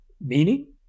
meaning